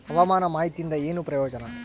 ಹವಾಮಾನ ಮಾಹಿತಿಯಿಂದ ಏನು ಪ್ರಯೋಜನ?